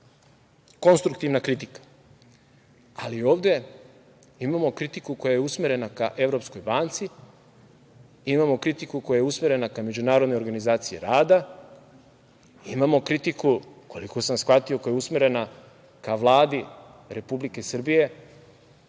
konstruktivna kritika, ali ovde imamo kritiku koja je usmerena ka Evropskoj banci, imamo kritiku koja je usmerena ka Međunarodnoj organizaciji rada, imamo kritiku, koliko sam shvatio, koja je usmerena ka Vladi Republike Srbije.